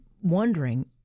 wondering